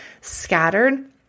scattered